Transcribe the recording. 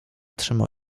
trzymał